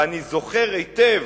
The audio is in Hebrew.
ואני זוכר היטב